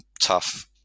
tough